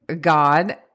God